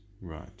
Right